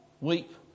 Weep